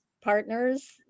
partners